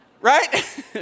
right